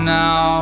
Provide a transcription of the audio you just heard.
now